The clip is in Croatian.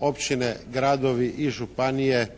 općine, gradovi i županije